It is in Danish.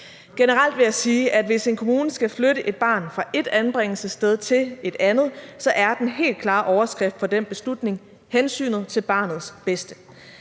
Generelt vil jeg sige, at hvis en kommune skal flytte et barn fra et anbringelsessted til et andet, er den helt klare overskrift på den beslutning: hensynet til barnets bedste.